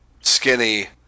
Skinny